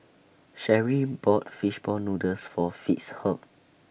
Cheri bought Fish Ball Noodles For Fitzhugh